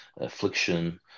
affliction